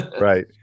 Right